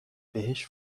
بهش